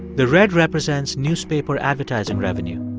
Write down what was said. the red represents newspaper advertising revenue.